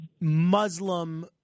Muslim